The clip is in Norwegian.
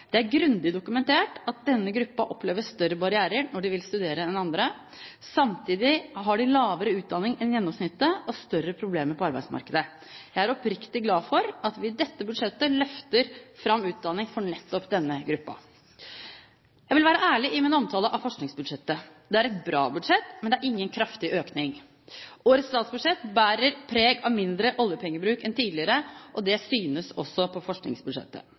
Det er grundig dokumentert at denne gruppen opplever større barrierer enn andre når de vil studere. Samtidig har de lavere utdanning enn gjennomsnittet og større problemer på arbeidsmarkedet. Jeg er oppriktig glad for at vi i dette budsjettet løfter fram utdanning for nettopp denne gruppen. Jeg vil være ærlig i min omtale av forskningsbudsjettet. Det er et bra budsjett, men det er ingen kraftig økning. Årets statsbudsjett bærer preg av mindre oljepengebruk enn tidligere, og det synes også på forskningsbudsjettet.